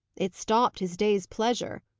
it stopped his day's pleasure,